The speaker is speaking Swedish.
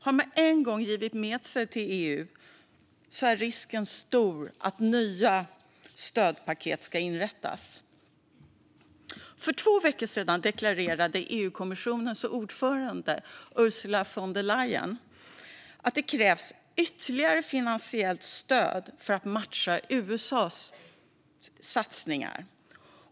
Har man en gång givit med sig till EU är risken stor för att nya stödpaket ska inrättas. För två veckor sedan deklarerade EU-kommissionens ordförande Ursula von der Leyen att det krävs ytterligare finansiellt stöd för att matcha USA:s satsningar.